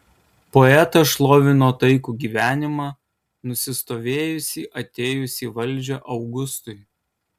poetas šlovino taikų gyvenimą nusistovėjusį atėjus į valdžią augustui